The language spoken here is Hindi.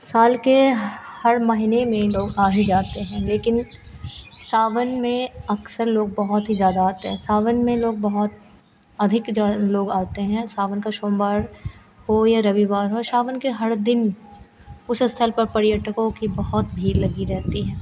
साल के हर महीने में लोग आ ही जाते हैं लेकिन सावन में अक्सर लोग बहुत ही ज़्यादा आते हैं सावन में लोग बहुत अधिक ज लोग आते हैं सावन का सोमवार हो या रविवार हो सावन के हर दिन उस स्थल पर पर्यटकों की बहुत भीड़ लगी रहती है